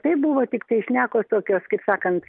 tai buvo tiktai šnekos tokios kaip sakant